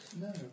No